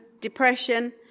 depression